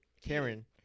Karen